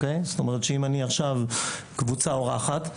ואני קבוצה אורחת,